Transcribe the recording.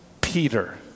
Peter